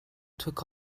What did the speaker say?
took